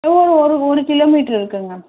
ஒரு ஒரு கிலோமீட்ரு இருக்குதுங்க